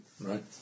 right